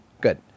Good